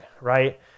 right